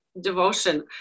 devotion